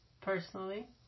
personally